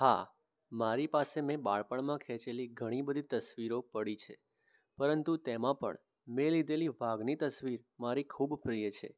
હા મારી પાસે મેં બાળપણમાં ખેંચેલી ઘણી બધી તસવીરો પડી છે પરંતુ તેમાં પણ મેં લીધેલી વાઘની તસવીર મારી ખૂબ પ્રિય છે